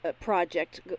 project